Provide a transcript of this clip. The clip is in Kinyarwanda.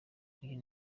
uyu